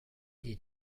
die